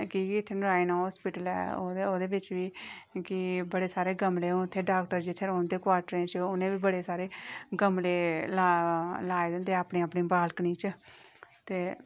की के इत्थै नारायणा हास्पिटल ऐ ओह्दे बिच बी बड़े सारे गमले उत्थै डाक्टर जित्थै रौंह्दे क्वार्टरें च उ'नेंबी बड़े सारे गमले लाए दे होंदे अपने अपने बालकनी च ते